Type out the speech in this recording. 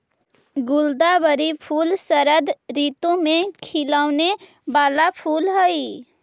गुलदावरी फूल शरद ऋतु में खिलौने वाला फूल हई